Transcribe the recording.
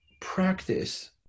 practice